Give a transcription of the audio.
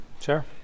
Sure